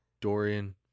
Dorian